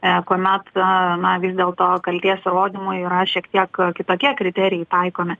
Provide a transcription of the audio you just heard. e kuomet a na vis dėl to kaltės įrodymų yra šiek tiek kitokie kriterijai taikomi